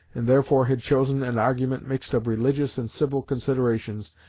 and therefore had chosen an argument mixed of religious and civil considerations,